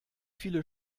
viele